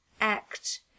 act